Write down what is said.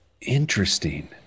Interesting